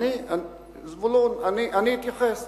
זבולון, אני אתייחס.